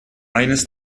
eines